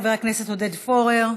חבר הכנסת עודד פורר,